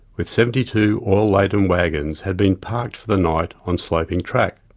with seventy two oil laden wagons, had been parked the night on sloping track.